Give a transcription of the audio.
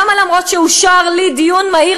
למה אף-על-פי שאושר לי דיון מהיר